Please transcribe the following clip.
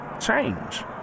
change